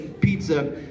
pizza